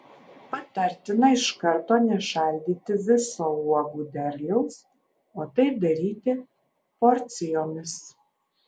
patartina iš karto nešaldyti viso uogų derliaus o tai daryti porcijomis